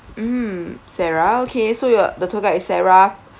um sarah okay so you are the tour guide is sarah